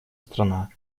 страна